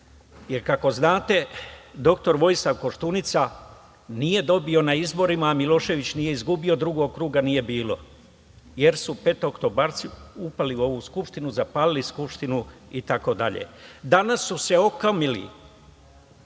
Jer, kako znate, dr Vojislav Koštunica nije dobio na izborima, Milošević nije izgubio, drugog kruga nije bilo, jer su petooktobarci upali u ovu Skupštinu, zapalili Skupštinu itd. Danas su se okomili